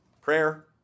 prayer